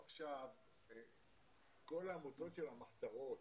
כל העמותות של המחתרות,